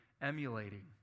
emulating